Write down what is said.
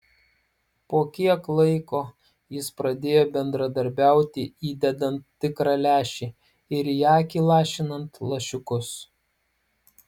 po kiek laiko jis pradėjo bendradarbiauti įdedant tikrą lęšį ir į akį lašinant lašiukus